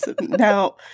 now